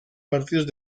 partidos